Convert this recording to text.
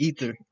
Ether